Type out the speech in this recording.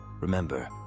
remember